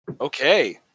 Okay